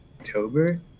October